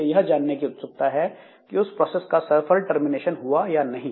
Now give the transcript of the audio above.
इसे यह जानने की उत्सुकता है कि उस प्रोसेस का सफल टर्मिनेशन हुआ या नहीं